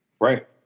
Right